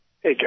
Hey